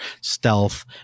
stealth